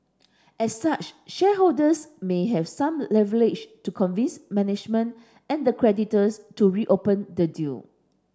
as such shareholders may have some leverage to convince management and the creditors to reopen the deal